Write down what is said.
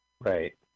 Right